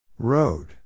Road